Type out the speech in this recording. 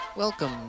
Welcome